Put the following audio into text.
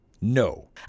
No